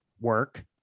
work